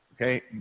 okay